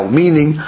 meaning